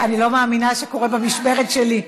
אני לא מאמינה שזה קורה במשמרת שלי.